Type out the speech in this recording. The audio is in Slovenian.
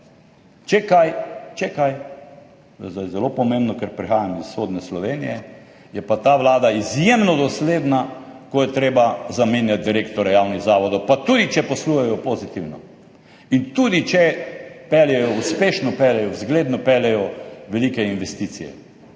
to je zdaj zelo pomembno, ker prihajam iz vzhodne Slovenije – je pa ta vlada izjemno dosledna, ko je treba zamenjati direktorje javnih zavodov, pa tudi če poslujejo pozitivno in tudi če peljejo, uspešno peljejo, zgledno peljejo velike investicije,